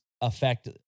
affect